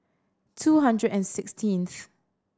two hundred and sixteenth